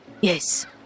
Yes